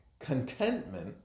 contentment